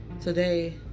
Today